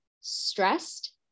stressed